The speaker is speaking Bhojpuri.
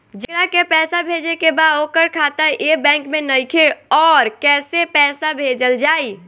जेकरा के पैसा भेजे के बा ओकर खाता ए बैंक मे नईखे और कैसे पैसा भेजल जायी?